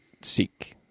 seek